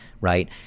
right